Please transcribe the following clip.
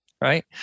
right